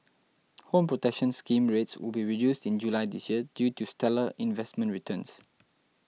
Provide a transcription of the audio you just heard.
Home Protection Scheme rates will be reduced in July this year due to stellar investment returns